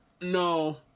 No